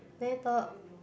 there thought